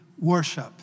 worship